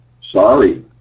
Sorry